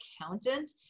accountant